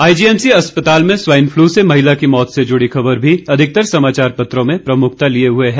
IGMC अस्पताल में swine flu से महिला की मौत से जुडी खबर भी अधिकतर समाचार पत्रों में प्रमुखता लिए हुए है